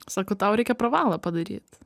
sakau tau reikia pravalą padaryt